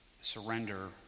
surrender